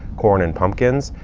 corn, and pumpkins.